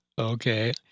okay